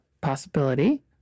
possibility